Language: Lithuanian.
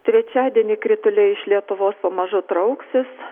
trečiadienį krituliai iš lietuvos pamažu trauksis